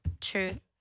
truth